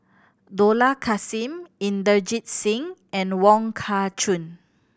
Dollah Kassim Inderjit Singh and Wong Kah Chun